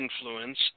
influence